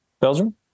Belgium